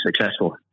successful